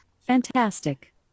Fantastic